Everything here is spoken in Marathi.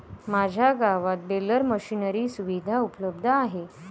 माझ्या गावात बेलर मशिनरी सुविधा उपलब्ध आहे